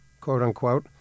quote-unquote